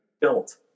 built